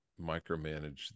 micromanage